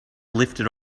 lifted